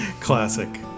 classic